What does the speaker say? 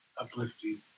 uplifting